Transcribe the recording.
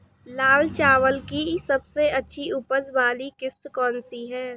लाल चावल की सबसे अच्छी उपज वाली किश्त कौन सी है?